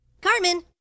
Carmen